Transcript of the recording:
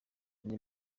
andi